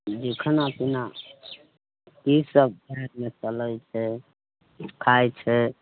जी खाना पीना की सब भारतमे चलै छै खाइ छै